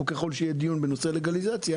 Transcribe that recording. וככל שיהיה דיון בנושא לגליזציה